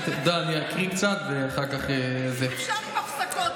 אני אקריא קצת, ואחר כך, אפשר עם הפסקות.